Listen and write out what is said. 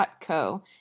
co